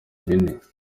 bine